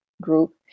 group